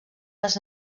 les